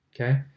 Okay